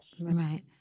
Right